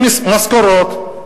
עם משכורות,